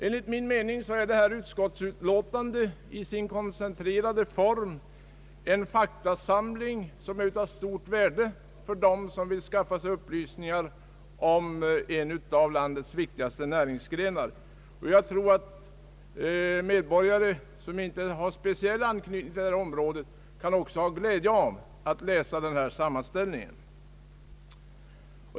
Enligt min mening är detta utskottsutlåtande i sin koncentrerade form en faktasamling av stort värde för dem som vill skaffa upplysningar om en av landets viktigaste näringsgrenar. Jag tror att medborgare som inte har speciell anknytning till detta område också kan ha glädje av att läsa denna sammanställning.